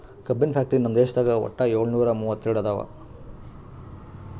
ಕಬ್ಬಿನ್ ಫ್ಯಾಕ್ಟರಿ ನಮ್ ದೇಶದಾಗ್ ವಟ್ಟ್ ಯೋಳ್ನೂರಾ ಮೂವತ್ತೆರಡು ಅದಾವ್